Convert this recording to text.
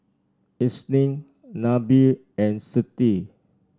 Isnin Nabil and Siti